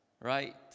right